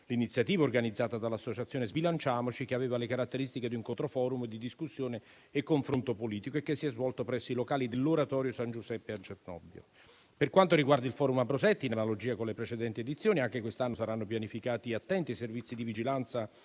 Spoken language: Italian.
l'iniziativa organizzata dall'associazione Sbilanciamoci, che aveva le caratteristiche di un contro *forum* di discussione e confronto politico, che si è svolto presso i locali dell'oratorio San Giuseppe a Cernobbio. Per quanto riguarda il *forum* Ambrosetti, in analogia con le precedenti edizioni, anche quest'anno saranno pianificati attenti i servizi di vigilanza